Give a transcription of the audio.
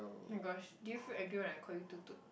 my-gosh did you feel angry when I call you to to